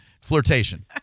flirtation